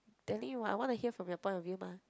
telling you what I wanna hear from your point of view mah